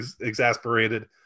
exasperated